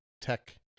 tech